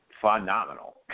phenomenal